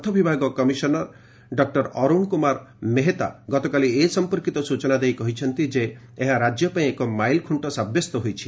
ଅର୍ଥ ବିଭାଗ commissioner doctor Arun Kumar Mehta ଗତକାଲି ଏ ସଫପର୍କିତ ସ୍ୱଚନା ଦେଇ କହିଛନ୍ତି ଯେ ଏହା ରାଜ୍ୟ ପାଇଁ ଏକ ମାଇଲ ଖୁଣ୍ଟ ସାବ୍ୟସ୍ତ ହୋଇଛି